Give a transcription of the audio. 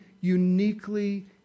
uniquely